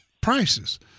prices